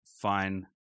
fine